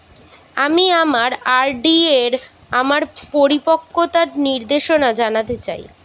আমি আমার আর.ডি এর আমার পরিপক্কতার নির্দেশনা জানতে চাই